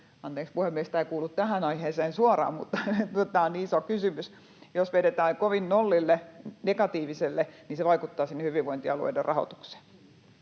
anteeksi, puhemies, tämä ei kuulu tähän aiheeseen suoraan, mutta tämä on niin iso kysymys — jos vedetään kovin nollille, negatiiviselle, niin se vaikuttaa sinne hyvinvointialueiden rahoitukseen.